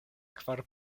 kvar